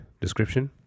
description